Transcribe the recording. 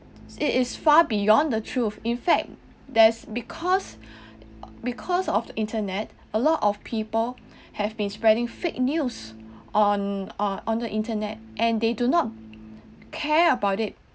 it is far beyond the truth in fact there's because because of internet a lot of people have been spreading fake news on uh on the internet and they do not care about it